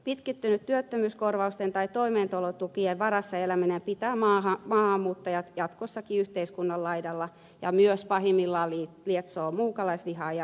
pitkittynyt työttömyyskorvausten tai toimeentulotukien varassa eläminen pitää maahanmuuttajat jatkossakin yhteiskunnan laidalla ja myös pahimmillaan lietsoo muukalaisvihaa ja rasismia